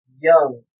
young